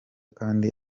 kandi